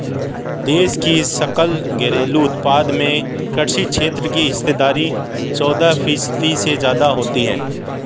देश की सकल घरेलू उत्पाद में कृषि क्षेत्र की हिस्सेदारी चौदह फीसदी से ज्यादा है